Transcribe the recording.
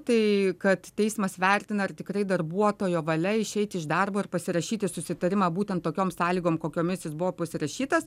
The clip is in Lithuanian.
tai kad teismas vertina ar tikrai darbuotojo valia išeiti iš darbo ir pasirašyti susitarimą būtent tokiom sąlygom kokiomis jis buvo pasirašytas